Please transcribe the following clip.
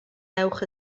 ewch